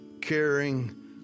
caring